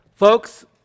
Folks